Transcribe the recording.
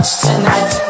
tonight